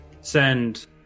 send